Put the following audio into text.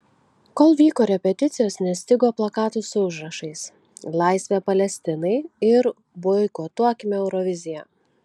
kol vyko repeticijos nestigo plakatų su užrašais laisvė palestinai ir boikotuokime euroviziją